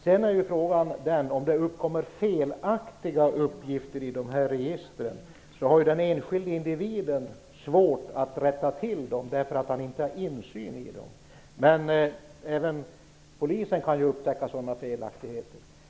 Sen är det ju så att om det uppkommer felaktiga uppgifter i dessa register har den enskilde individen svårt att rätta till dem eftersom han inte har insyn i dem. Men även polisen kan ju upptäcka sådana felaktigheter.